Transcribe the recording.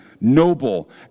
noble